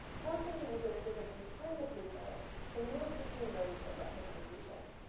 forcing the user to physically turn the paper to move between modes of representation.